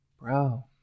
Bro